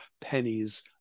pennies